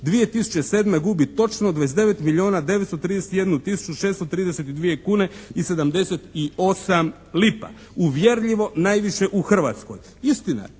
2007. gubi točno 29 milijuna 931 tisuću 632 kuna i 78 lipa. Uvjerljivo najviše u Hrvatskoj. Istina,